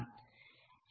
ఇక్కడ 0